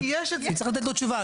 כי צריך לתת לו תשובה,